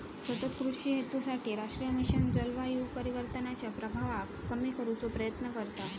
सतत कृषि हेतूसाठी राष्ट्रीय मिशन जलवायू परिवर्तनाच्या प्रभावाक कमी करुचो प्रयत्न करता